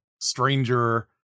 stranger